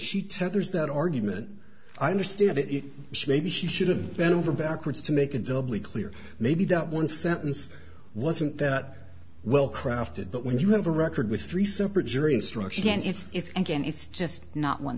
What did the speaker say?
she tethers that argument i understand it maybe she should have bent over backwards to make a doubly clear maybe that one sentence wasn't that well crafted that when you have a record with three separate jury instructions if it's again it's just not one